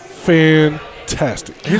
Fantastic